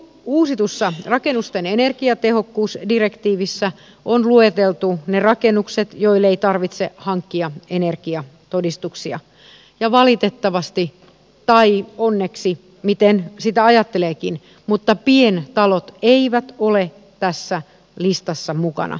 uusitussa rakennusten energiatehokkuusdirektiivissä on lueteltu ne rakennukset joille ei tarvitse hankkia energiatodistuksia ja valitettavasti tai onneksi miten sitä ajatteleekin pientalot eivät ole tässä listassa mukana